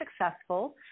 Successful